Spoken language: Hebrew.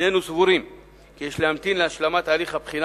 הננו סבורים כי יש להמתין להשלמת הליך הבחינה